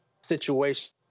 situation